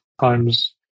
times